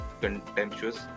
contemptuous